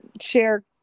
share